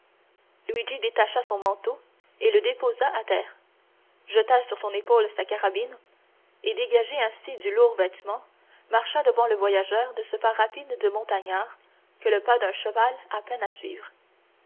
guide luigi détacha son manteau et le déposa à terre jeta sur son épaule sa carabine et dégagé ainsi du lourd vêtement marcha devant le voyageur de ce pas rapide du montagnard que le pas d'un cheval a peine à suivre